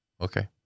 Okay